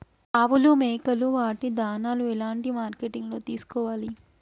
ఆవులు మేకలు వాటి దాణాలు ఎలాంటి మార్కెటింగ్ లో తీసుకోవాలి?